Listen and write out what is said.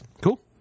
Cool